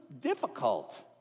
difficult